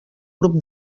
grup